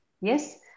yes